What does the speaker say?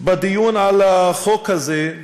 בדיון על החוק הזה,